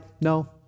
No